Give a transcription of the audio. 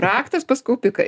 raktas pas kaupiką